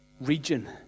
region